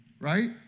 Right